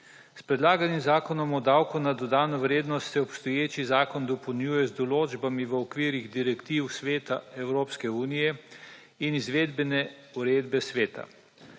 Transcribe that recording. S predlaganim Zakonom o davku na dodano vrednost se obstoječi zakon dopolnjuje z določbami v okvirih direktiv Sveta Evropske unije in izvedbene uredbe Sveta.